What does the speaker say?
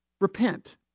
repent